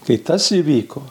tai tas įvyko